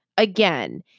again